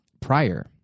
prior